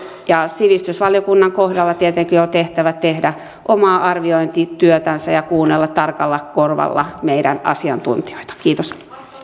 ja sivistysvaliokunnan tehtävä on tietenkin tehdä omaa arviointityötä ja kuunnella tarkalla korvalla meidän asiantuntijoita kiitos